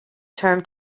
term